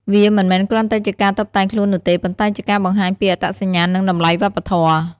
វាមិនមែនគ្រាន់តែជាការតុបតែងខ្លួននោះទេ ប៉ុន្តែជាការបង្ហាញពី អត្តសញ្ញាណ និងតម្លៃវប្បធម៌។